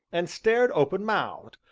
and stared open-mouthed,